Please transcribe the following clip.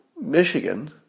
Michigan